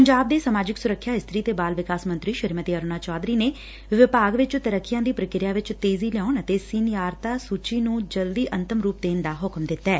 ਪੰਜਾਬ ਦੇ ਸਮਾਜਿਕ ਸੁਰੱਖਿਆ ਇਸਤਰੀ ਤੇ ਬਾਲ ਵਿਕਾਸ ਮੰਤਰੀ ਸ੍ਰੀਮਤੀ ਅਰੁਨਾ ਚੌਧਰੀ ਨੇ ਵਿਭਾਗ ਵਿੱਚ ਤਰੱਕੀਆਂ ਦੀ ਪ੍ਰਕਿਰਿਆ ਵਿੱਚ ਤੇਜ਼ੀ ਲਿਆਉਣ ਅਤੇ ਸੀਨੀਆਰਤਾ ਸੁਚੀ ਨੂੰ ਜਲਦੀ ਅੰਤਮ ਰੁਪ ਦੇਣ ਦਾ ਹੁਕਮ ਦਿੱਤੈ